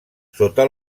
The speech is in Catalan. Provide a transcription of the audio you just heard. sota